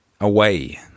away